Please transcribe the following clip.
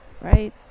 Right